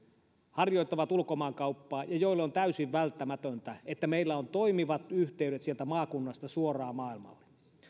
harjoittavat ulkomaankauppaa ja joille on täysin välttämätöntä että meillä on toimivat yhteydet sieltä maakunnasta suoraan maailmalle